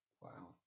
wow